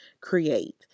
create